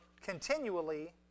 continually